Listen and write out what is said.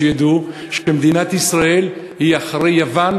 שידעו שמדינת ישראל היא אחרי יוון,